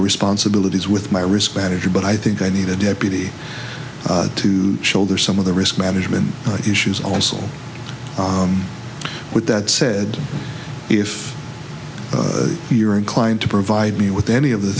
responsibilities with my risk manager but i think i need a deputy to shoulder some of the risk management issues also with that said if you're inclined to provide me with any of the